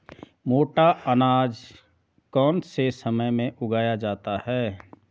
मोटा अनाज कौन से समय में उगाया जाता है?